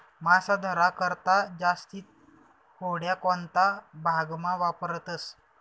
मासा धरा करता जास्ती होड्या कोणता भागमा वापरतस